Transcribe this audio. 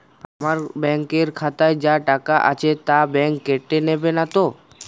আমার ব্যাঙ্ক এর খাতায় যা টাকা আছে তা বাংক কেটে নেবে নাতো?